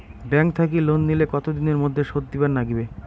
Bank থাকি loan নিলে কতো দিনের মধ্যে শোধ দিবার নাগিবে?